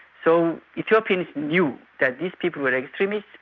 so ethiopians knew that these people were extremists,